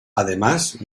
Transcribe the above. además